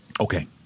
Okay